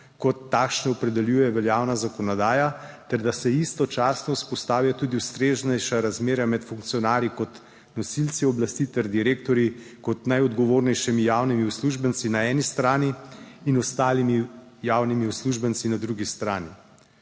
kot takšne opredeljuje veljavna zakonodaja ter da se istočasno vzpostavijo tudi ustreznejša razmerja med funkcionarji, kot nosilci oblasti ter direktorji kot najodgovornejšimi javnimi uslužbenci na eni strani in ostalimi javnimi uslužbenci na drugi strani.